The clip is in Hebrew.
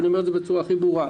ואני אומר את זה בצורה הכי ברורה,